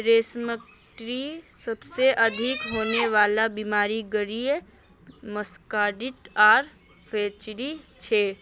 रेशमकीटत सबसे अधिक होने वला बीमारि ग्रासरी मस्कार्डिन आर फ्लैचेरी छे